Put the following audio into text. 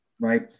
Right